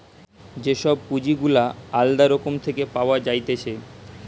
যে সব পুঁজি গুলা আলদা রকম থেকে পাওয়া যাইতেছে